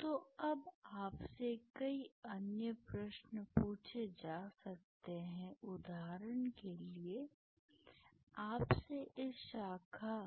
तो अब आपसे कई अन्य प्रश्न पूछे जा सकते हैं उदाहरण के लिए समय देखें 0909 आपसे इस शाखा